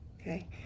Okay